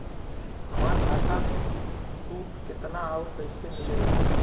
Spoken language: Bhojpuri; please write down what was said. हमार खाता मे सूद केतना आउर कैसे मिलेला?